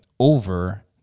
Over